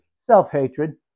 Self-hatred